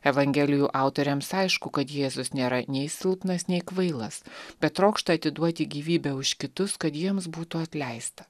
evangelijų autoriams aišku kad jėzus nėra nei silpnas nei kvailas bet trokšta atiduoti gyvybę už kitus kad jiems būtų atleista